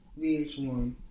VH1